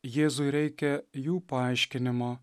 jėzui reikia jų paaiškinimo